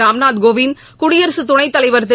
ராம்நாத் கோவிந்த் குடியரசுத் துணைத் தலைவர் திரு